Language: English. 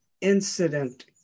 incident